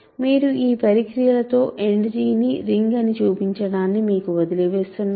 మీరు ఈ పరిక్రియలతో End ని రింగ్ అని చూపించదాన్ని మీకు వదిలివేస్తున్నాను